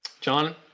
John